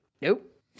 nope